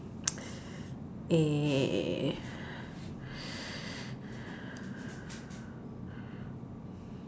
uh